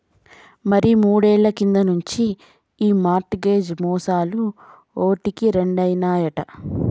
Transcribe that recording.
మరి మూడేళ్ల కింది నుంచి ఈ మార్ట్ గేజ్ మోసాలు ఓటికి రెండైనాయట